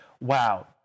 wow